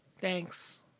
Thanks